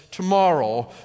tomorrow